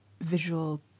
visual